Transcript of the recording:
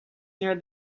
near